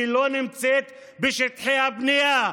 כי היא לא נמצאת בשטחי הבנייה.